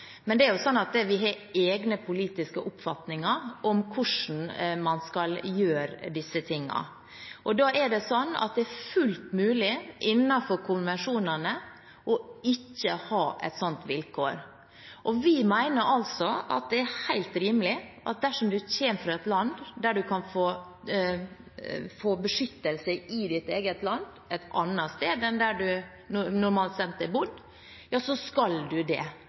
Men vi har egne politiske oppfatninger om hvordan man skal gjøre disse tingene. Da er det fullt mulig innenfor konvensjonene å ikke ha et sånt vilkår. Vi mener at det er helt rimelig at dersom man kommer fra et land der man kan få beskyttelse i eget land, et annet sted enn der du normalt sett bor, så skal du det.